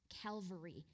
Calvary